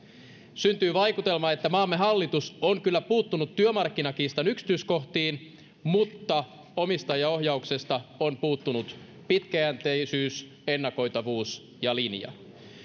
syntyy vaikutelma että maamme hallitus on kyllä puuttunut työmarkkinakiistan yksityiskohtiin mutta omistajaohjauksesta on puuttunut pitkäjänteisyys ennakoitavuus ja linja